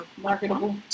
marketable